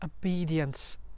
obedience